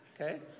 Okay